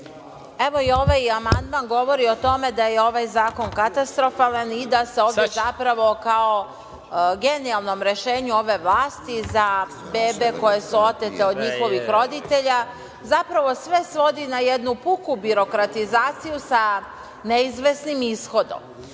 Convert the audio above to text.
Evo i ovaj amandman govori o tome da je ovaj zakon katastrofalan i da se ovde zapravo kao genijalnom rešenju ove vlasti za bebe koje su otete od njihovih roditelja, zapravo sve svodi na jednu puku birokratizaciju sa neizvesnim ishodom. Malopre,